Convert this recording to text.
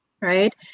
right